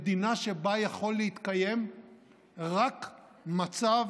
מדינה שבה יכול להתקיים רק מצב